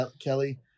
Kelly